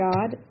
God